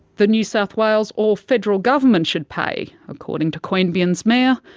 the new south wales or federal government should pay according to queanbeyan's mayor,